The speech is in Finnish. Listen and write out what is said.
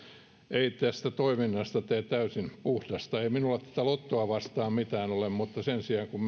ei tästä toiminnasta tee täysin puhdasta ei minulla tätä lottoa vastaan mitään ole mutta sen sijaan kun